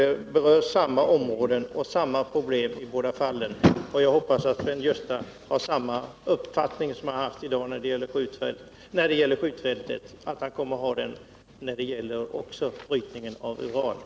Det är samma område och samma problem i båda fallen, och jag hoppas att Sven-Gösta Signell kommer att ha samma uppfattning och känsla för naturvård i fråga om uranbrytningen som han i dag har givit uttryck för när det gäller skjutfältet.